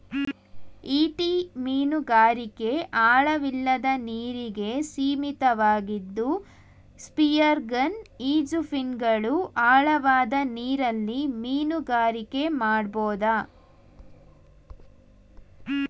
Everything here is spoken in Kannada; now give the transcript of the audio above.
ಈಟಿ ಮೀನುಗಾರಿಕೆ ಆಳವಿಲ್ಲದ ನೀರಿಗೆ ಸೀಮಿತವಾಗಿದ್ದು ಸ್ಪಿಯರ್ಗನ್ ಈಜುಫಿನ್ಗಳು ಆಳವಾದ ನೀರಲ್ಲಿ ಮೀನುಗಾರಿಕೆ ಮಾಡ್ಬೋದು